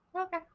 Okay